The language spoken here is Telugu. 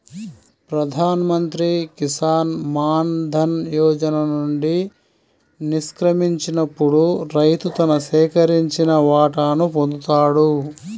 ప్రధాన్ మంత్రి కిసాన్ మాన్ ధన్ యోజన నుండి నిష్క్రమించినప్పుడు రైతు తన సేకరించిన వాటాను పొందుతాడు